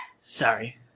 Sorry